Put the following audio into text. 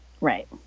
Right